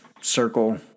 circle